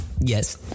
Yes